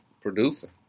producer